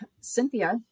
Cynthia